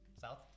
South